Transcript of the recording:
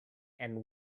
and